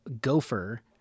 gopher